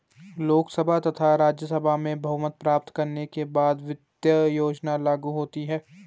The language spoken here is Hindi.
लोकसभा तथा राज्यसभा में बहुमत प्राप्त करने के बाद वित्त योजना लागू होती है